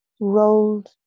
rolled